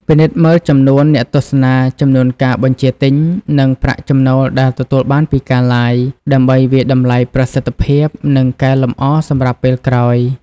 ពិនិត្យមើលចំនួនអ្នកទស្សនា ចំនួនការបញ្ជាទិញ និងប្រាក់ចំណូលដែលទទួលបានពីការ Live ដើម្បីវាយតម្លៃប្រសិទ្ធភាព និងកែលម្អសម្រាប់ពេលក្រោយ។